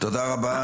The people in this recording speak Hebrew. תודה רבה.